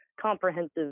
comprehensive